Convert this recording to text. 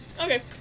Okay